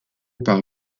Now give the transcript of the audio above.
par